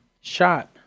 shot